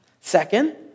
Second